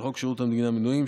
79. חוק שירות המדינה (מינויים),